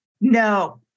No